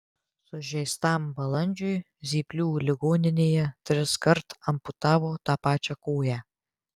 sužeistam balandžiui zyplių ligoninėje triskart amputavo tą pačią koją